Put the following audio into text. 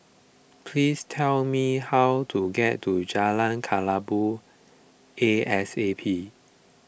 please tell me how to get to Jalan Kelabu A S A P